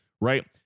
right